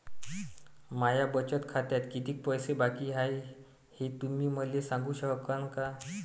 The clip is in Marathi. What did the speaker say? माया बचत खात्यात कितीक पैसे बाकी हाय, हे तुम्ही मले सांगू सकानं का?